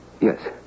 Yes